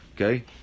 Okay